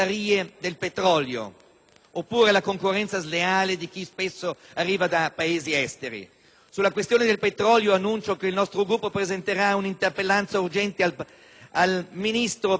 oppure la concorrenza sleale di chi spesso arriva da Paesi esteri. Sulla questione del petrolio, annuncio che il nostro Gruppo presenterà un'interpellanza urgente al Ministro, perché non è giustificabile